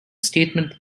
statement